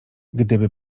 gdyby